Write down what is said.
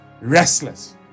restless